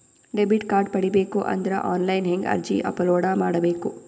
Debit card ಪಡಿಬೇಕು ಅಂದ್ರ online ಹೆಂಗ್ ಅರ್ಜಿ ಅಪಲೊಡ ಮಾಡಬೇಕು?